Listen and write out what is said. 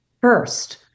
first